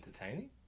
entertaining